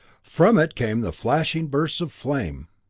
from it came the flashing bursts of flame.